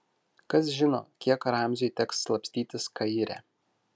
kas žino kiek ramziui teks slapstytis kaire